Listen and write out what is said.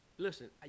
Listen